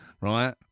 right